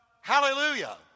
hallelujah